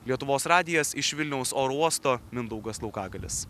lietuvos radijas iš vilniaus oro uosto mindaugas laukagalis